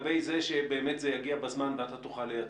שזה באמת יגיע בזמן ואתה תוכל לייצר.